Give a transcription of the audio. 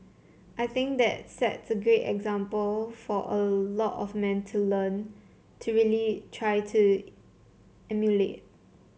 I think that sets a great example for a lot of men to learn to really try to emulate